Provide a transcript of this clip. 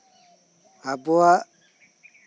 ᱟᱵᱚᱣᱟᱜ